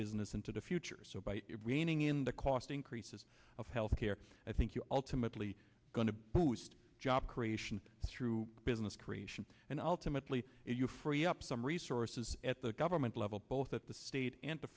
business into the future so by reining in the cost increases of health care i think you ultimately going to boost job creation through business creation and ultimately you free up some resources at the government level both at the state and the